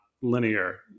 linear